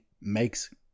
makes